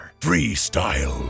Freestyle